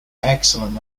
excellent